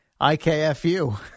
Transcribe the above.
IKFU